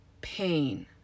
pain